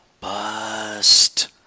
Bust